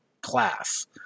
class